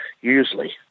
usually